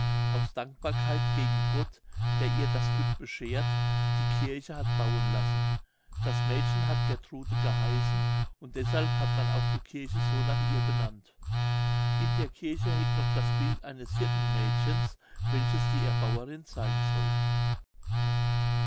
aus dankbarkeit gegen gott der ihr das glück bescheert die kirche hat bauen lassen das mädchen hat gertrude geheißen und deshalb hat man auch die kirche so nach ihr benannt in der kirche hängt noch das bild eines hirtenmädchens welches die erbauerin sein soll